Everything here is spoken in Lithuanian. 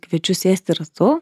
kviečiu sėsti ratu